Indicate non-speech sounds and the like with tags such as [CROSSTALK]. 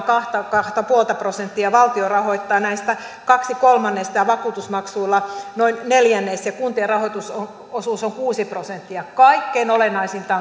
[UNINTELLIGIBLE] kahta pilkku viittä prosenttia valtio rahoittaa näistä kaksi kolmannesta ja vakuutusmaksuilla rahoitetaan noin neljännes ja kuntien rahoitusosuus on kuusi prosenttia kaikkein olennaisinta [UNINTELLIGIBLE]